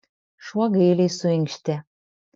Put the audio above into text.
šuo gailiai suinkštė